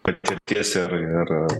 patirties ir ir